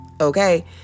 Okay